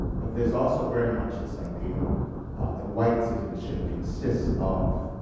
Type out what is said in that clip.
but there's also very much this idea that white citizenship consists of